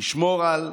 לשמור על ילדינו,